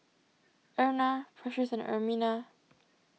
Erna Precious and Ermina